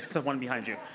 the one behind you.